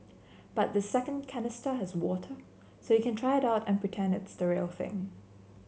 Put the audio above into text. but the second canister has water so you can try it out and pretend it's the real thing